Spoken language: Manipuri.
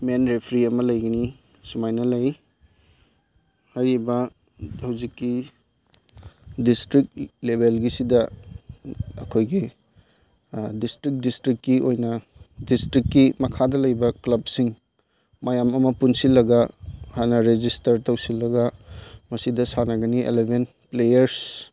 ꯃꯦꯟ ꯔꯦꯐ꯭ꯔꯤ ꯑꯃ ꯂꯩꯒꯅꯤ ꯁꯨꯃꯥꯏꯅ ꯂꯩ ꯍꯥꯏꯔꯤꯕ ꯍꯧꯖꯤꯛꯀꯤ ꯗꯤꯁꯇ꯭ꯔꯤꯛ ꯂꯦꯕꯦꯜꯒꯤꯁꯤꯗ ꯑꯩꯈꯣꯏꯒꯤ ꯗꯤꯁꯇ꯭ꯔꯤꯛ ꯗꯤꯁꯇ꯭ꯔꯤꯛꯀꯤ ꯑꯣꯏꯅ ꯗꯤꯁꯇ꯭ꯔꯤꯛꯀꯤ ꯃꯈꯥꯗ ꯂꯩꯕ ꯀ꯭ꯂꯕꯁꯤꯡ ꯃꯌꯥꯝ ꯑꯃ ꯄꯨꯟꯁꯤꯜꯂꯒ ꯍꯥꯟꯅ ꯔꯦꯖꯤꯁꯇꯔ ꯇꯧꯁꯤꯜꯂꯒ ꯃꯁꯤꯗ ꯁꯥꯟꯅꯒꯅꯤ ꯑꯦꯂꯕꯦꯟ ꯄ꯭ꯂꯦꯌꯔꯁ